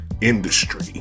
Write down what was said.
Industry